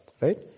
right